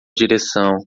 direção